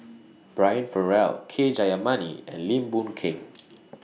Brian Farrell K Jayamani and Lim Boon Keng